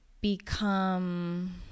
become